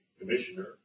commissioner